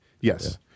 Yes